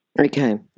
Okay